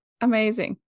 amazing